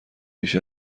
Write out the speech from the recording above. بیش